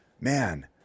man